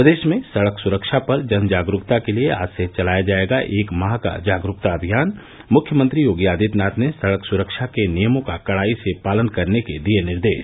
प्रदेश में सड़क सुरक्षा पर जन जागरूकता के लिए आज से चलाया जायेगा एक माह का जागरूकता अमियान मुख्यमंत्री योगी आदित्यनाथ ने सड़क सुरक्षा के नियमों का कड़ाई से पालन करने के दिये निर्देश